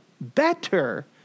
Better